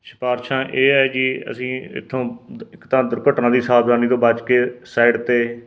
ਸ਼ਿਫਾਰਸ਼ਾਂ ਇਹ ਹੈ ਜੀ ਅਸੀਂ ਇਥੋਂ ਇੱਕ ਤਾਂ ਦੁਰਘਟਨਾ ਦੀ ਸਾਵਧਾਨੀ ਤੋਂ ਬਚ ਕੇ ਸਾਈਡ 'ਤੇ